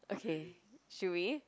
okay should we